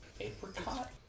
Apricot